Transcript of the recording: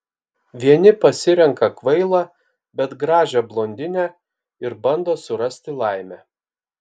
vieni pasirenka kvailą bet gražią blondinę ir bando surasti laimę